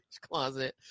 closet